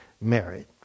married